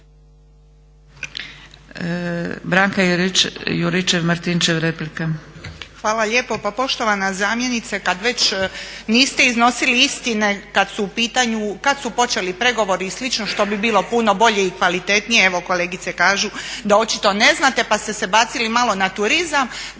**Juričev-Martinčev, Branka (HDZ)** Hvala lijepo. Pa poštovana zamjenice kada već niste iznosili istine kada su u pitanju kada su počeli pregovori i slično što bi bilo puno bolje i kvalitetnije, evo kolegice kažu da očito ne znate da ste se bacili malo na turizam.